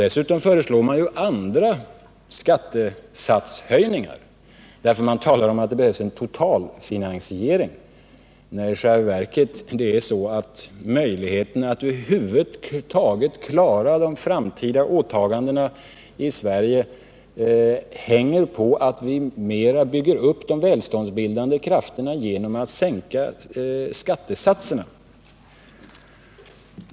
Dessutom föreslår regeringen skattesatshöjningar på andra områden i samband med att man talar om en totalfinansiering, medan det i själva verket är så att möjligheterna att över huvud taget klara de framtida åtagandena i Sverige hänger på att vi mera bygger upp de välståndsbildande krafterna genom att sänka skattesatserna.